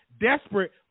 desperate